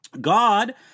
God